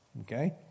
okay